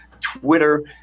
Twitter